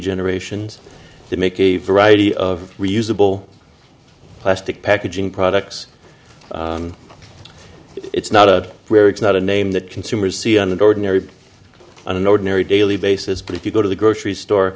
generations to make a variety of reusable plastic packaging products it's not a it's not a name that consumers see on the ordinary on an ordinary daily basis but if you go to the grocery store